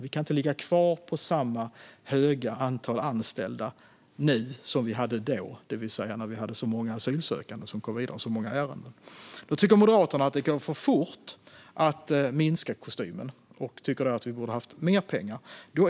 Vi kan inte ligga kvar på samma höga antal anställda nu som vi hade då, det vill säga när vi hade så många asylsökande och så många ärenden. Då tycker Moderaterna att det har gått för fort att minska kostymen, att det borde ha funnits mer pengar.